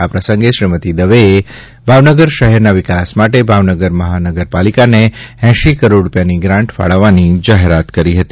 આ પ્રસંગે શ્રીમતી દવે એ ભાવનગર શહેરના વિકાસ માટે ભાવનગર મહાનગરપાલિકાને એંશી કરોડ રૂપિયાની ગ્રાન્ટ ફાળવવાની જાહેરાત કરી હતી